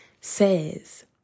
says